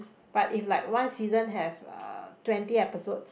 but if like one season have uh twenty episodes